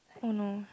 oh no